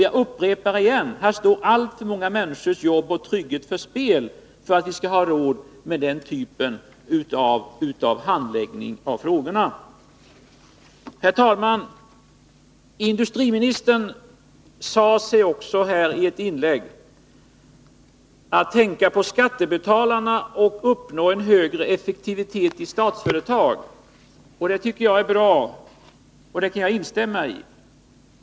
Jag upprepar: Här står alltför många människors jobb och trygghet på spel för att vi skall ha råd med denna typ av handläggning av frågorna. Herr talman! Industriministern sade i ett av sina inlägg att man skall tänka på skattebetalarna och uppnå en högre effektivitet i Statsföretag. Det tycker jag är bra. Det kan jag instämma i.